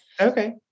Okay